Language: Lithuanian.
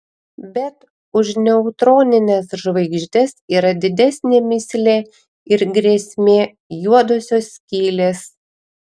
bet už neutronines žvaigždes yra didesnė mįslė ir grėsmė juodosios skylės